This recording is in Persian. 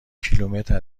کیلومتر